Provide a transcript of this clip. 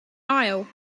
aisle